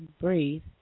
breathe